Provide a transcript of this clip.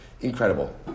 Incredible